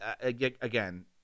again